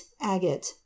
agate